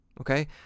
okay